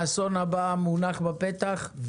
האסון הבא עומד בפתח,